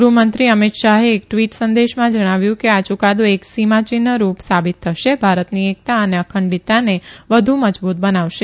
ગૃહમંત્રી અમિત શાહે એક ટ્વિટ સંદેશામાં જણાવ્યું કે આ યુકાદો એક સીમાયિહન રૂપ સાબિત થશે ભારતની એકતા અને અંખડિતતાને વધુ મજબૂત બનાવશે